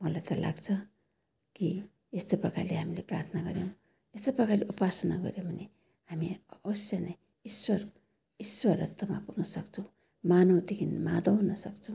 मलाई त लाग्छ कि यस्तै प्रकारले हामीले प्रार्थना गऱ्यौँ यस्तै प्रकारले उपासना गऱ्यौँ भने हामी अवश्य नै ईश्वर ईश्वरतमा पुग्न सक्छौँ मानवदेखि माधव हुन सक्छौँ